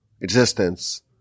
existence